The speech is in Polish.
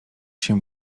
się